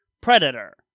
Predator